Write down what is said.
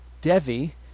Devi